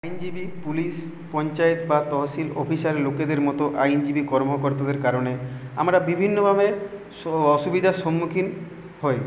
আইনজীবী পুলিশ পঞ্চায়েত বা তহশিল অফিসার লোকেদের মতো আইনজীবী কর্মকর্তাদের কারণে আমরা বিভিন্নভাবে অসুবিধার সম্মুখীন হই